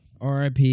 RIP